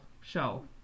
show